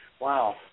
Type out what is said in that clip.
Wow